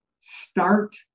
start